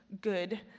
good